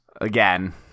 Again